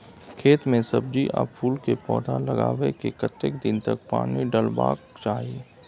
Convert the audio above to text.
खेत मे सब्जी आ फूल के पौधा लगाबै के कतेक दिन तक पानी डालबाक चाही?